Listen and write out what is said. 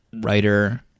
writer